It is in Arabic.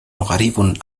غريب